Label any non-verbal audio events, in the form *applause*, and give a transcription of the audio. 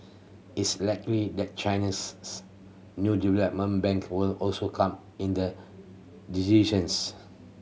it's likely that China's *unintelligible* new development bank will also come in the decisions